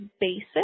basic